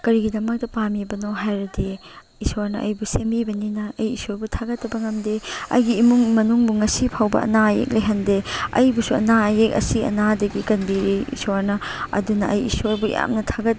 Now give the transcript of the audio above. ꯀꯔꯤꯒꯤꯗꯃꯛꯇ ꯄꯥꯝꯂꯤꯕꯅꯣ ꯍꯥꯏꯔꯗꯤ ꯏꯁꯣꯔꯅ ꯑꯩꯕꯨ ꯁꯦꯝꯕꯤꯕꯅꯤꯅ ꯑꯩ ꯏꯁꯣꯔꯕꯨ ꯊꯥꯒꯠꯇꯕ ꯉꯝꯗꯦ ꯑꯩꯒꯤ ꯏꯃꯨꯡ ꯃꯅꯨꯡꯕꯨ ꯉꯁꯤ ꯐꯥꯎꯕ ꯑꯅꯥ ꯑꯌꯦꯛ ꯂꯩꯍꯟꯗꯦ ꯑꯩꯕꯨꯁꯨ ꯑꯅꯥ ꯑꯌꯦꯛ ꯑꯁꯤ ꯑꯅꯥꯗꯒꯤ ꯀꯟꯕꯤꯔꯤ ꯏꯁꯣꯔꯅ ꯑꯗꯨꯅ ꯑꯩ ꯏꯁꯣꯔꯕꯨ ꯌꯥꯝꯅ ꯊꯥꯒꯠ